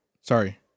sorry